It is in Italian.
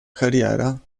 carriera